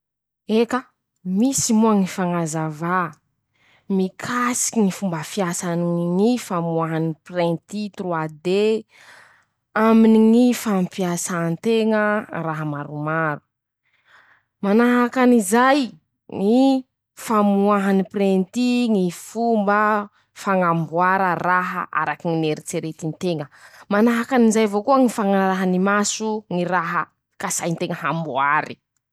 Eka !misy moa ñy fañazavà mikasiky ñy fomba fiasany ñy famoaha ñy printy trois D aminy ñy fampiasan-teña raha maromaro: Manahaky anizay ñy famoahany printy ñy fomba fañamboara raha arakiny ñy eritseretin-teña; manahaky anizay avao koa ñy fañarahany maso ñy raha kasain-teña hamboary.